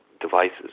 devices